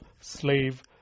slave